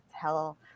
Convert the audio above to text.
tell